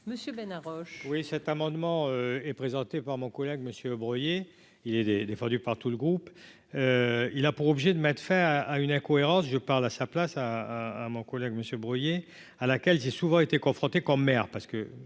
Monsieur Bénard. Oui, cet amendement est présentée par mon collègue monsieur Breuiller il est défendu par tout le groupe, il a pour objet de maths fait à à une incohérence, je parle à sa place à à mon collègue monsieur brouillés à laquelle j'ai souvent été confronté comme maire